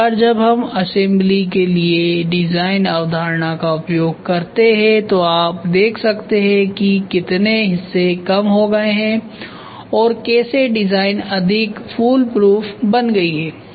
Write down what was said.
एक बार जब हम असेम्बली के लिए डिजाइन अवधारणा का उपयोग करते हैं तो आप देख सकते हैं कि कितने हिस्से कम हो गए हैं और कैसे डिजाइन अधिक फूल प्रूफ बन गयी है